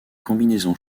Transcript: combinaison